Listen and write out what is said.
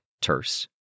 terse